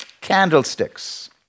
candlesticks